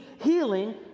healing